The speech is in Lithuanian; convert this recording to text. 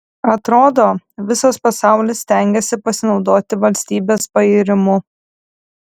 atrodo visas pasaulis stengiasi pasinaudoti valstybės pairimu